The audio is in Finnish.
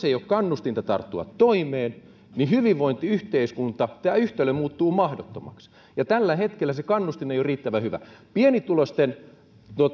ei ole kannustinta tarttua toimeen niin hyvinvointiyhteiskunta tämä yhtälö muuttuu mahdottomaksi tällä hetkellä se kannustin ei ole riittävän hyvä pienituloisten